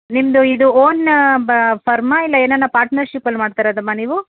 ನಿಮ್ಮದು ಇದು ಓನ್ ಬಾ ಫರ್ಮಾ ಇಲ್ಲ ಏನಾನ ಪಾರ್ಟನರ್ಶಿಪ್ಪಲ್ಲಿ ಮಾಡ್ತಿರೋದಮ್ಮ ನೀವು